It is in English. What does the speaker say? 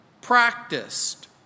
practiced